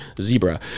zebra